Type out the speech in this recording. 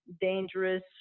dangerous